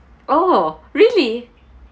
oh really